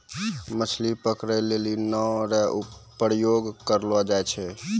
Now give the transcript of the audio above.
मछली पकड़ै लेली नांव रो प्रयोग करलो जाय छै